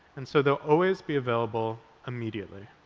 and so they'll always be available immediately.